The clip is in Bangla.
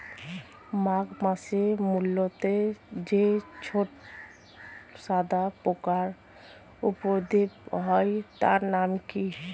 মাঘ মাসে মূলোতে যে ছোট সাদা পোকার উপদ্রব হয় তার নাম কি?